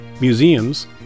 museums